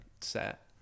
set